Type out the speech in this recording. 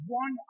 one